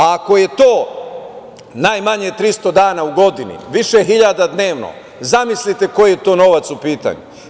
A ako je to najmanje 300 dana u godini, više hiljada dnevno, zamislite koji je to novac u pitanju.